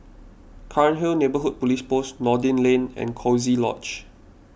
Cairnhill Neighbourhood Police Post Noordin Lane and Coziee Lodge